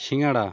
সিঙাড়া